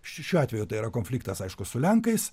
šiuo atveju tai yra konfliktas aišku su lenkais